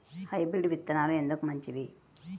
Hybrid విత్తనాలు ఎందుకు మంచివి?